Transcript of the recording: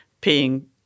paying